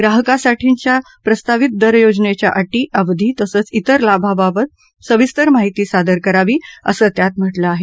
ग्राहकांसाठीच्या प्रस्तावित दर योजनेच्या अटी अवधी तसंच तिर लाभांबाबत सविस्तर माहिती सादर करावी असं त्यात म्हटलं आहे